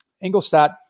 Ingolstadt